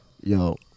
Yo